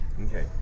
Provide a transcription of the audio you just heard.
Okay